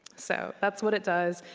so that's what it does.